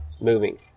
Moving